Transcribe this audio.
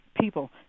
people